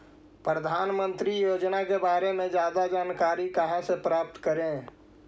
प्रधानमंत्री योजना के बारे में जादा जानकारी कहा से प्राप्त करे?